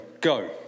Go